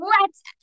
lets